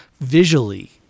visually